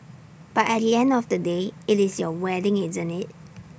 but at the end of the day IT is your wedding isn't IT